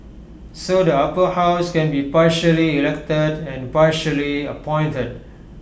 so the Upper House can be partially elected and partially appointed